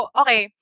okay